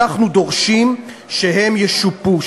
אנחנו דורשים שהם ישופו,